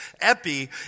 epi